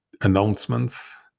announcements